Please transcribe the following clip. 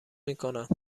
میکنند